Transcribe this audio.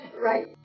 Right